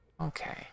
Okay